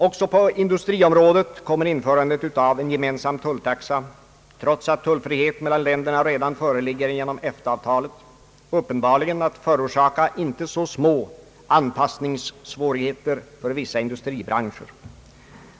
Också på industriområdet kommer införandet av en gemensam tulltaxa — trots att tullfrihet mellan länderna redan föreligger genom EFTA-avtalet — uppenbarligen att förorsaka inte så små anpassningssvårigheter för vissa indu stribranscher.